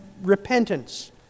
repentance